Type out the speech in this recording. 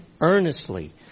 earnestly